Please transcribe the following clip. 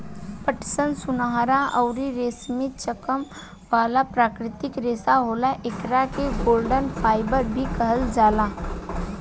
पटसन सुनहरा अउरी रेशमी चमक वाला प्राकृतिक रेशा होला, एकरा के गोल्डन फाइबर भी कहल जाला